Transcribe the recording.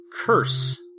Curse